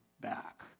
back